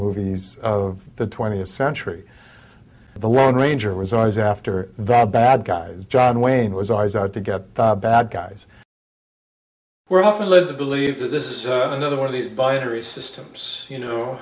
movies of the twentieth century the lone ranger was always after the bad guys john wayne was always out to get the bad guys were often live to believe that this is another one of these binary systems you know